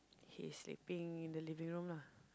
he is sleeping in the living room lah